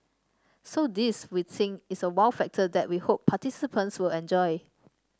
so this we think is a wow factor that we hope participants will enjoy